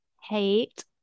hate